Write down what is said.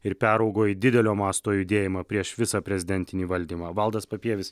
ir peraugo į didelio masto judėjimą prieš visą prezidentinį valdymą valdas papievis